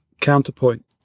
counterpoint